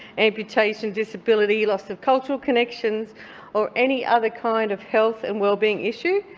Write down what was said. amputation, disability, loss of cultural connections or any other kind of health and wellbeing issue,